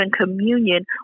communion